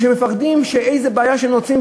מפני שמפחדים שבגלל הבעיה שהם רוצים להעלות,